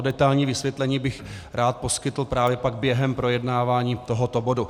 Detailní vysvětlení bych rád poskytl právě pak během projednávání tohoto bodu.